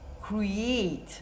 create